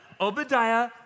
Obadiah